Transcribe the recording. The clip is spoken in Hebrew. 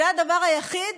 זה הדבר היחיד